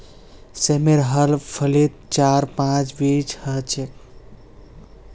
सेमेर हर फलीत चार पांच बीज ह छेक